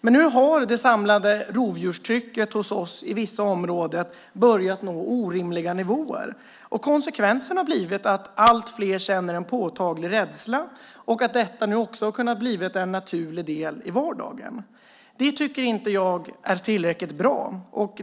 Men nu har det samlade rovdjurstrycket i vissa områden hos oss börjat nå orimliga nivåer. Konsekvensen har blivit att allt fler känner en påtaglig rädsla och att detta nu har blivit en naturlig del i vardagen. Det tycker jag inte är tillräckligt bra.